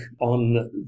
on